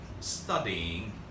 studying